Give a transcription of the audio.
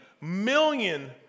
million